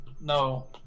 No